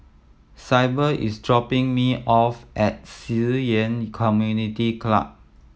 Syble is dropping me off at Ci Yan Community Club